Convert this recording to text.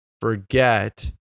forget